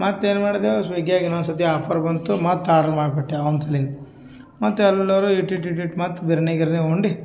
ಮತ್ತು ಏನು ಮಾಡಿದೆವು ಸ್ವಿಗಿಯಾಗೆ ಇನ್ನೊಂದು ಸತಿ ಆಫರ್ ಬಂತು ಮತ್ತು ಆರ್ಡರ್ ಮಾಡಿಬಿಟ್ಟೆ ಒಂದು ಸಲ ಮತ್ತು ಎಲ್ಲರು ಇಷ್ಟ್ ಇಷ್ಟ್ ಇಷ್ಟ್ ಇಷ್ಟ್ ಮತ್ತು ಬಿರ್ಯಾನಿ ಗೀರ್ನಿ ಉಂಡು